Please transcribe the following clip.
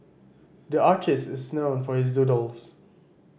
the artist is known for his doodles